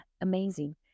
amazing